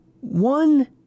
one